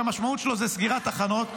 שהמשמעות שלו היא סגירת תחנות.